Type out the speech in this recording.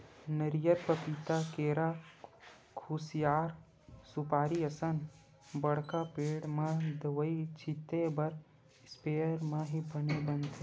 नरियर, पपिता, केरा, खुसियार, सुपारी असन बड़का पेड़ म दवई छिते बर इस्पेयर म ही बने बनथे